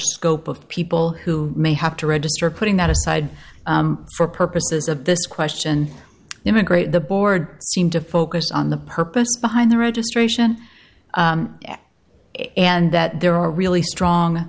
scope of people who may have to register putting that aside for purposes of this question immigrate the board seem to focus on the purpose behind the registration and that there are really strong